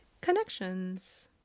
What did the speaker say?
Connections